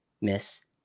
Miss